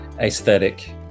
aesthetic